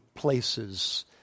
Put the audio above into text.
Places